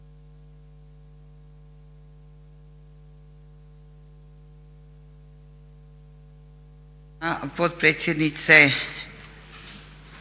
potpredsjednice,